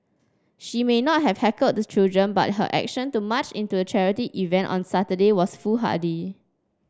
she may not have heckled the children but her action to march into the charity event on Saturday was foolhardy